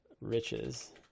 riches